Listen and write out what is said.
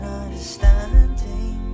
understanding